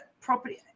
property